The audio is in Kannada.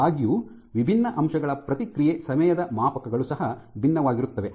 ಆದಾಗ್ಯೂ ವಿಭಿನ್ನ ಅಂಶಗಳ ಪ್ರತಿಕ್ರಿಯೆ ಸಮಯದ ಮಾಪಕಗಳು ಸಹ ಭಿನ್ನವಾಗಿರುತ್ತವೆ